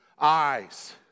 eyes